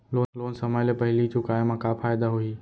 Loan समय ले पहिली चुकाए मा का फायदा होही?